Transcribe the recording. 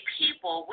people